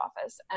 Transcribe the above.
office